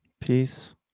Peace